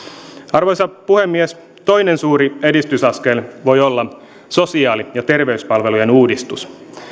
arvoisa puhemies toinen suuri edistysaskel voi olla sosiaali ja terveyspalvelujen uudistus